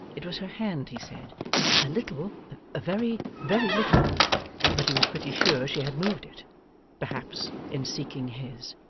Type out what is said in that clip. it was her hand, he said a little a very, very little but he was pretty sure she had moved it perhaps in seeking his.